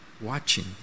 Watching